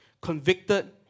convicted